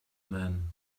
men